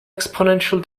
exponential